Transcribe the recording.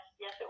Yes